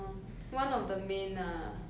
same position kind of